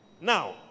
Now